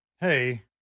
Hey